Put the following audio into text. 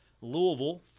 louisville